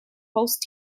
false